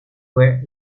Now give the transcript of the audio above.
were